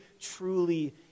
truly